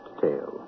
tale